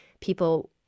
people